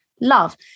love